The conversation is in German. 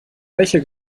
welcher